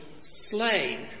slain